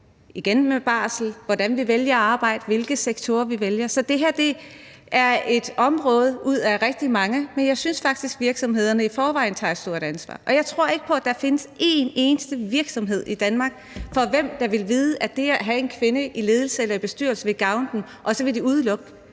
– igen det med barsel – og hvordan vi vælger at arbejde, og hvilke sektorer vi vælger at arbejde i. Så det her er et område ud af rigtig mange, men jeg synes faktisk, at virksomhederne i forvejen tager et stort ansvar. Jeg tror ikke på, at der findes en eneste virksomhed i Danmark, for hvem det vil være til gavn at have en kvinde i ledelsen eller i bestyrelsen, som vil udelukke